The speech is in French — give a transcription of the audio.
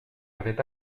avait